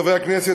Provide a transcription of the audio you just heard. חברי הכנסת,